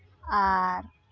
ᱟᱨ